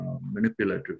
manipulative